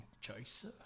chaser